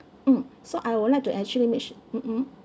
mm so I would like to actually make sure mm